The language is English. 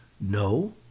no